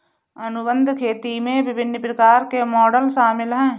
अनुबंध खेती में विभिन्न प्रकार के मॉडल शामिल हैं